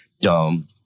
Dumb